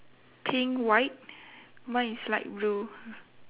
pink white mine is light blue